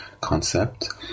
concept